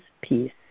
peace